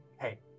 hey